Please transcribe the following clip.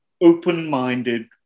open-minded